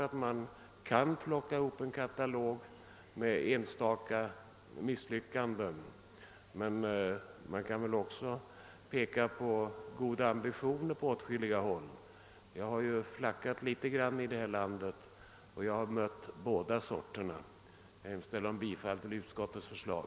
Man kan naturligtvis plocka ihop en katalog med enstaka misslyckanden, men man kan också peka på goda ambitioner på åtskilliga håll — jag har flackat litet i detta land och mött båda slagen. Jag yrkar bifall till utskottets hemställan.